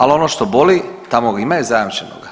Ali ono što boli, tamo imaju zajamčenoga.